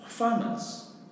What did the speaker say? Farmers